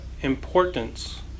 importance